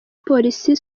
polisi